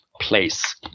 place